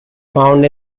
found